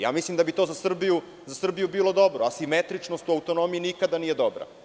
Ja mislim da bi to za Srbiju bilo dobro, asimetričnost u autonomiji nikada nije dobra.